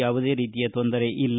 ಯಾವುದೇ ರೀತಿಯ ತೊಂದರೆ ಇಲ್ಲ